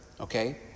Okay